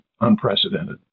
unprecedented